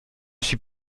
suis